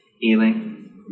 healing